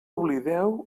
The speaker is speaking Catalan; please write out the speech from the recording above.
oblideu